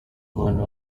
umwana